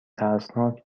ترسناک